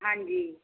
ਹਾਂਜੀ